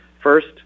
First